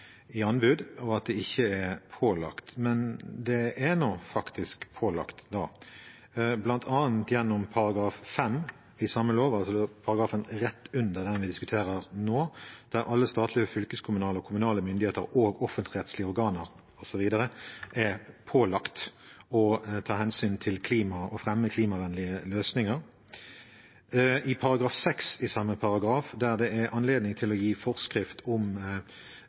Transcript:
anbud, og at det ikke er pålagt. Men det er faktisk pålagt, bl.a. gjennom § 5 i samme lov, altså paragrafen rett under den vi diskuterer nå, der alle statlige, fylkeskommunale og kommunale myndigheter, offentligrettslige organer osv. er pålagt å ta hensyn til klima og fremme klimavennlige løsninger. I henhold til § 6 i samme lov er det anledning til å gi forskrift om